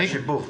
זה השיבוב.